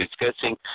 discussing